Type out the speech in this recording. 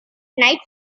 night